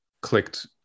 clicked